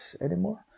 anymore